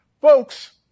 Folks